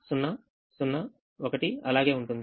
0 0 1 అలాగే ఉంటుంది